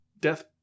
Death